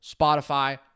Spotify